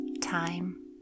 time